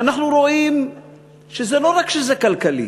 ואנחנו רואים שלא רק שזה כלכלי,